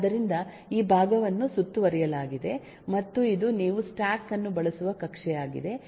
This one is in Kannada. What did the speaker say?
ಆದ್ದರಿಂದ ಈ ಭಾಗವನ್ನು ಸುತ್ತುವರಿಯಲಾಗಿದೆ ಮತ್ತು ಇದು ನೀವು ಸ್ಟಾಕ್ ಅನ್ನು ಬಳಸುವ ಕಕ್ಷೆಯಾಗಿದೆ